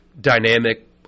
dynamic